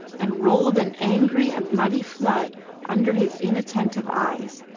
and rolled an angry and muddy flood under his inattentive eyes,